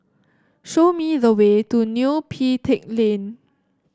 show me the way to Neo Pee Teck Lane